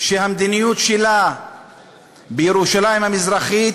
שהמדיניות שלה בירושלים המזרחית